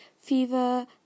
fever